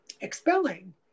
expelling